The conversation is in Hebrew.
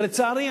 ולצערי,